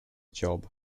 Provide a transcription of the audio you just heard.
job